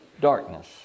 darkness